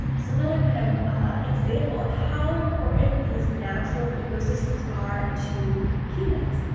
so another kind of example of how important these natural ecosystems are to humans.